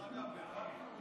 דרך אגב,